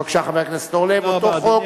בבקשה, חבר הכנסת אורלב, אותו חוק.